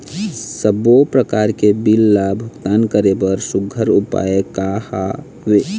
सबों प्रकार के बिल ला भुगतान करे बर सुघ्घर उपाय का हा वे?